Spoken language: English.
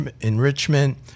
enrichment